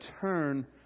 turn